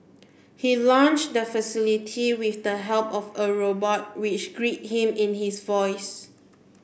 he launched the facility with the help of a robot which greeted him in his voice